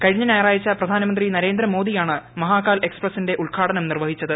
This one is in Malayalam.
കഴിഞ്ഞ ഞായ്റാഴ്ച പ്രധാനമന്ത്രി നരേന്ദ്ര മോദിയാണ് മഹാകാൽ എക്സ്പ്രസിന്റെ ഉദ്ഘാടനം നിർവഹിച്ചത്